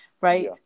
Right